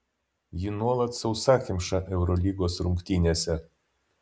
ji nuolat sausakimša eurolygos rungtynėse